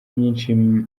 myinshi